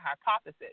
hypothesis